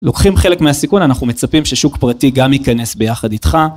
לוקחים חלק מהסיכון אנחנו מצפים ששוק פרטי גם ייכנס ביחד איתך.